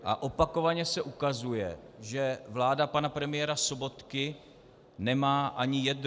A opakovaně se ukazuje, že vláda pana premiéra Sobotky nemá ani jedno.